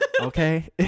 Okay